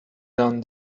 done